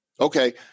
Okay